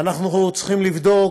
ואנחנו צריכים לבדוק,